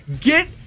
Get